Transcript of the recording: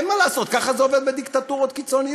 אין מה לעשות, ככה זה עובד בדיקטטורות קיצוניות.